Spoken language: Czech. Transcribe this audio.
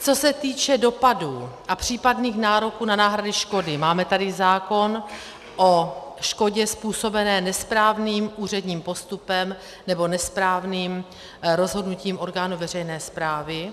Co se týče dopadů a případných nároků na náhrady škody, máme tady zákon o škodě způsobené nesprávným úředním postupem, nebo nesprávným rozhodnutím orgánu veřejné správy.